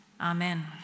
Amen